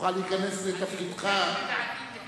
תוכל להיכנס לתפקידך רק אחרי ההצבעה.